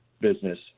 business